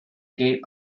gate